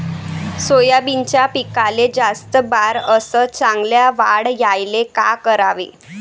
सोयाबीनच्या पिकाले जास्त बार अस चांगल्या वाढ यायले का कराव?